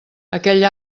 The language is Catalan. aquell